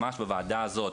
ממש בוועדה הזאת,